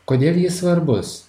kodėl jis svarbus